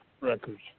records